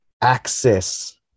access